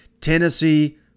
Tennessee